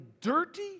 dirty